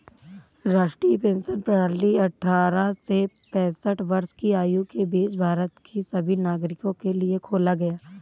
राष्ट्रीय पेंशन प्रणाली अट्ठारह से पेंसठ वर्ष की आयु के बीच भारत के सभी नागरिकों के लिए खोला गया